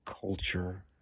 Culture